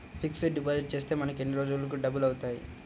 Fixed deposit చేస్తే మనకు ఎన్ని రోజులకు డబల్ అవుతాయి?